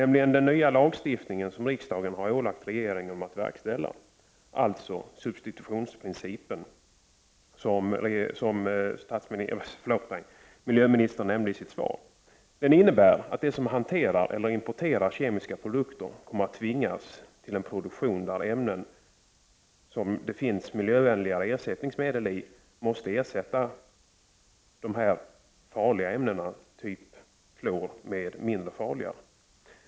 Med den nya lagstiftningen, som riksdagen har ålagt regeringen att verkställa, dvs. substitutionsprincipen, som miljöministern nämnde i sitt svar, innebär att de som hanterar eller importerar kemiska produkter kommer att tvingas till en produktion av ämnen som det finns miljövänligare ersättningsmedel i och som får ersätta de farliga ämnena som t.ex. klor.